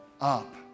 up